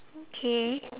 okay